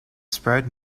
spread